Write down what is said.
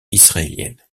israélienne